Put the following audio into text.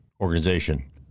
organization